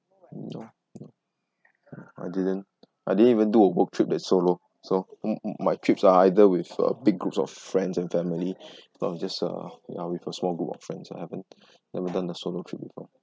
no I didn't I didn't even do a work trip that's solo so mm mm my trips are either with a big group of friends and family or just uh ya with a small group of friends I haven't never done a solo trip before